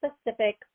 specific